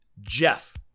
Jeff